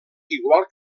igual